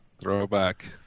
Throwback